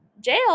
jail